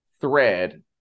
thread